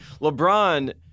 LeBron